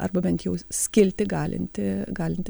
arba bent jau skilti galinti galinti